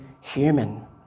human